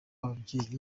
ababyeyi